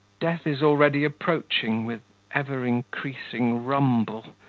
death is already approaching with ever-increasing rumble,